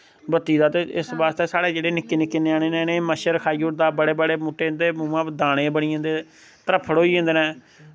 बत्ती दा ते इस बास्तै साढ़ै जेह्ड़े निक्के निक्के ञ्याणें नै इनेंई मच्छर खाई ओड़दा बड़े बड़े मुट्टे इन्दे मूहें पर दाने बनी जंदे त्र्हफ्फड़ होई जंदै न